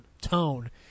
tone